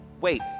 Wait